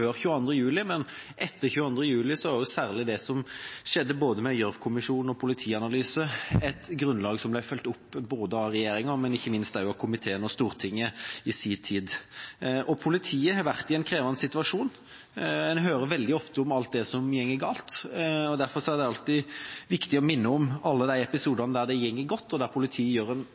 22. juli, men etter 22. juli var særlig det som skjedde med både Gjørv-kommisjonen og politianalyse, et grunnlag som ble fulgt opp av regjeringa, men ikke minst også av komiteen og Stortinget i sin tid. Politiet har vært i en krevende situasjon. En hører veldig ofte om alt som går galt, og derfor er det alltid viktig å minne om alle de episodene der det går godt, og der politiet gjør en